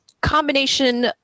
combination